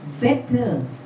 better